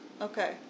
Okay